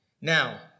Now